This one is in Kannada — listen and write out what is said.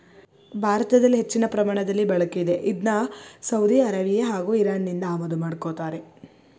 ಭಾರತದಲ್ಲಿ ಹೆಚ್ಚಿನ ಪ್ರಮಾಣದಲ್ಲಿ ಬಳಕೆಯಿದೆ ಇದ್ನ ಸೌದಿ ಅರೇಬಿಯಾ ಹಾಗೂ ಇರಾನ್ನಿಂದ ಆಮದು ಮಾಡ್ಕೋತಾರೆ